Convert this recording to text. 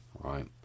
right